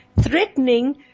threatening